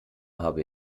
habe